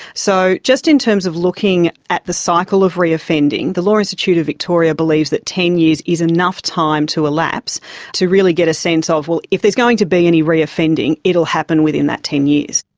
so just in terms of looking at the cycle of reoffending, the law institute of victoria believes that ten years is enough time to elapse to really get a sense ah of, well, if there's going to be any reoffending, it will happen within that ten years.